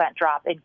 drop